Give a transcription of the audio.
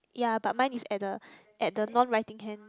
ya but mine is at the at the non writing hand